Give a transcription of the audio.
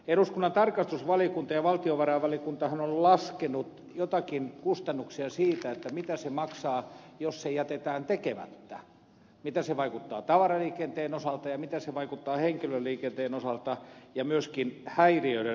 eduskunnan tarkastusvaliokunta ja valtiovarainvaliokuntahan ovat laskeneet joitakin kustannuksia siitä mitä se maksaa jos se jätetään tekemättä mitä se vaikuttaa tavaraliikenteen osalta ja mitä se vaikuttaa henkilöliikenteen osalta ja myöskin häiriöiden osalta